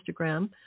Instagram